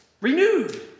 renewed